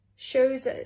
shows